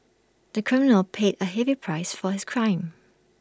the criminal paid A heavy price for his crime